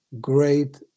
great